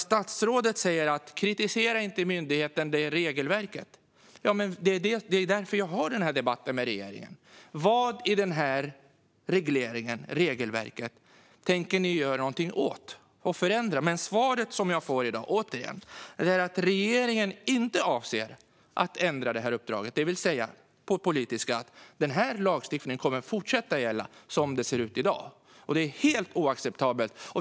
Statsrådet säger: Kritisera inte myndigheten, för det handlar om regelverket! Men det är ju därför jag har den här debatten med regeringen. Vad i regleringen och regelverket tänker ni göra någonting åt och förändra? Svaret jag får i dag är återigen att regeringen inte avser att ändra uppdraget, det vill säga på "politiska" betyder det att lagstiftningen kommer att fortsätta att gälla som det ser ut i dag. Det är helt oacceptabelt.